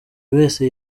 wese